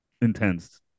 intense